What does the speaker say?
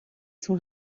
sont